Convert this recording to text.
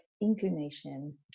inclination